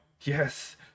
Yes